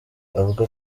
avuga